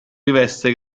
riveste